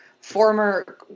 former